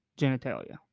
genitalia